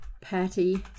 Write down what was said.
patty